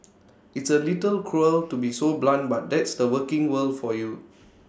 it's A little cruel to be so blunt but that's the working world for you